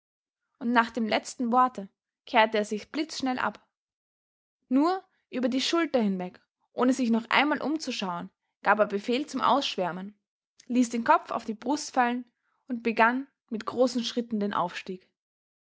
und nach dem letzten worte kehrte er sich blitzschnell ab nur über die schulter hinweg ohne sich noch einmal umzuschauen gab er befehl zum ausschwärmen ließ den kopf auf die brust fallen und begann mit großen schritten den aufstieg